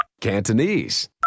Cantonese